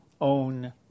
own